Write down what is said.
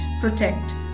protect